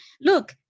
Look